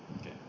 Okay